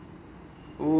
okay